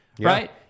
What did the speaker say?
right